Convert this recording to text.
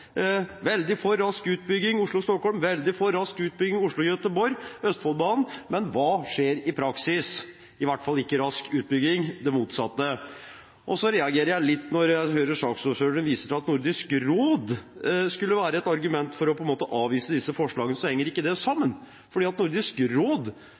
veldig for rask utbygging Oslo–Stockholm, veldig for rask utbygging Oslo–Göteborg, Østfoldbanen. Men hva skjer i praksis? I hvert fall ikke rask utbygging, men det motsatte. Så reagerer jeg litt når jeg hører saksordføreren vise til at Nordisk råd skulle være et argument for på en måte å avvise disse forslagene. Det henger ikke sammen, for Nordisk råd